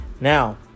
Now